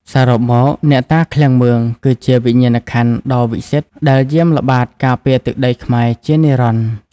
សរុបមក អ្នកតាឃ្លាំងមឿង គឺជាវិញ្ញាណក្ខន្ធដ៏វិសិទ្ធដែលយាមល្បាតការពារទឹកដីខ្មែរជានិរន្តរ៍។